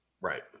Right